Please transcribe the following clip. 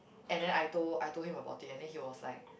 and then I told I told him about it and then he was like